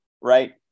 right